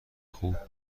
خوب